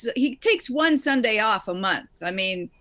yeah he takes one sunday off a month. i mean,